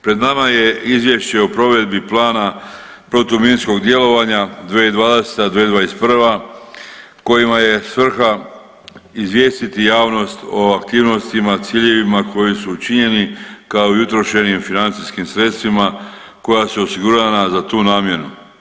Pred nama je Izvješće o provedbi Plana protuminskog djelovanja 2020.-2021. kojima je svrha izvijestiti javnost o aktivnostima, ciljevima koji su učinjeni kao i utrošenim financijskim sredstvima koja su osigurana za tu namjenu.